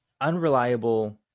unreliable